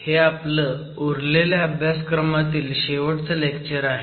हे आपलं उरलेल्या अभ्यासक्रमातील शेवटचं लेक्चर आहे